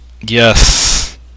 Yes